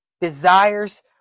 desires